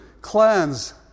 cleanse